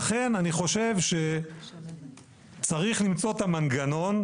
לכן אני חושב שצריך למצוא את המנגנון.